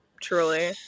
truly